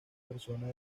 persona